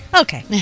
Okay